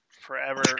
forever